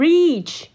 Reach